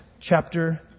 chapter